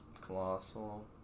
Colossal